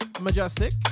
majestic